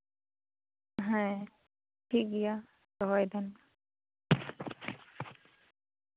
ᱦᱮᱸ ᱴᱷᱤᱠ ᱜᱮᱭᱟ ᱫᱚᱦᱚᱭ ᱫᱟᱞᱤᱧ